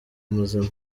muzima